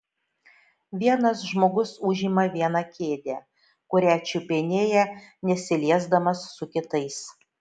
vienas žmogus užima vieną kėdę kurią čiupinėja nesiliesdamas su kitais